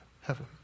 heaven